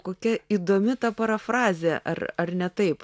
kokia įdomi ta parafrazė ar ar ne taip